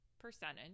percentage